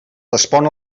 respon